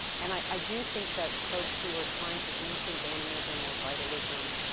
and i, i do think that folks who are trying to rethink animism or vitalism